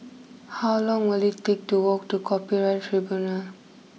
how long will it take to walk to Copyright Tribunal